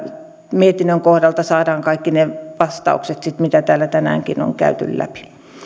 mietinnön kohdalta saadaan kaikki ne vastaukset mitä täällä tänäänkin on käyty läpi